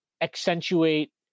accentuate